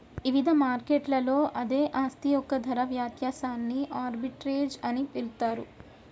ఇవిధ మార్కెట్లలో అదే ఆస్తి యొక్క ధర వ్యత్యాసాన్ని ఆర్బిట్రేజ్ అని పిలుస్తరు